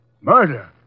Murder